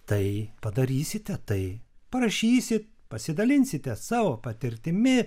tai padarysite tai parašysit pasidalinsite savo patirtimi